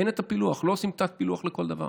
אין את הפילוח, לא עושים תת-פילוח לכל דבר.